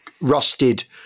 rusted